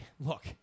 look